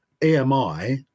EMI